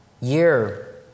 year